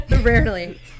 rarely